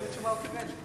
איזה תשובה הוא קיבל?